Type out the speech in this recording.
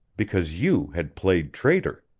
because you had played traitor!